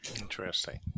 Interesting